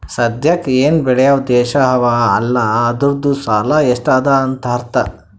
ಸದ್ಯಾಕ್ ಎನ್ ಬೇಳ್ಯವ್ ದೇಶ್ ಅವಾ ಅಲ್ಲ ಅದೂರ್ದು ಸಾಲಾ ಎಷ್ಟ ಅದಾ ಅಂತ್ ಅರ್ಥಾ